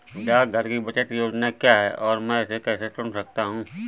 डाकघर की बचत योजनाएँ क्या हैं और मैं इसे कैसे चुन सकता हूँ?